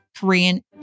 Korean